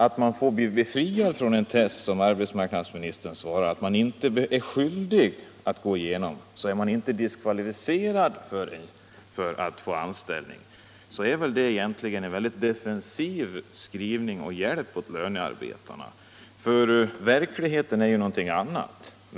Uppgiften i arbetsmarknadsministerns svar att den som vägrar gå igenom test inte bör vara diskvalificerad från att delta i ansökningsförfarandet är väl egentligen en mycket defensiv skrivning och en klen hjälp åt lönarbetarna. Verkligheten är ju någonting annat.